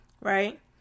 right